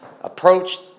Approached